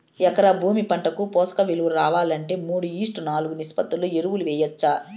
ఎకరా భూమి పంటకు పోషక విలువలు రావాలంటే మూడు ఈష్ట్ నాలుగు నిష్పత్తిలో ఎరువులు వేయచ్చా?